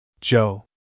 Joe